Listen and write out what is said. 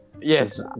Yes